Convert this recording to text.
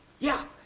yeah!